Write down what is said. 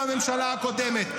עם הממשלה הקודמת.